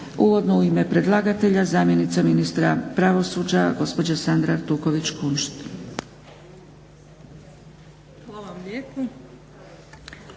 Uvodno u ime predlagatelja zamjenica ministra pravosuđa gospođa Sandra Artuković-Kunšt. **Artuković